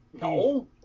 No